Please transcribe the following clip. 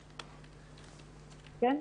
כן.